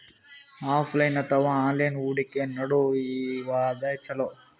Offline ಅಥವಾ online ಹೂಡಿಕೆ ನಡು ಯವಾದ ಛೊಲೊ?